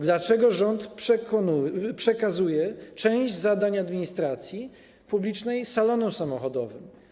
Dlaczego rząd przekazuje część zadań administracji publicznej salonom samochodowym?